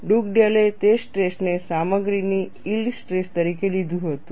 ડુગડેલે તે સ્ટ્રેસને સામગ્રીની યીલ્ડ સ્ટ્રેસ તરીકે લીધું હતું